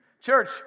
Church